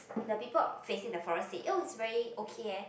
the people facing the forest said oh it's very okay eh